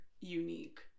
unique